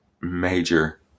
major